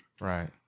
Right